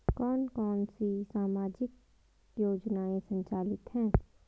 कौन कौनसी सामाजिक योजनाएँ संचालित है?